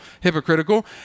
hypocritical